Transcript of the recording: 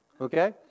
Okay